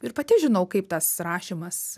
ir pati žinau kaip tas rašymas